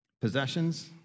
Possessions